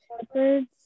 Shepherds